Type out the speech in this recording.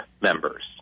members